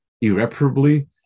irreparably